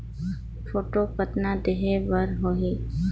Photo कतना देहें बर होहि?